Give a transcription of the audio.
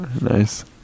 Nice